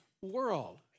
world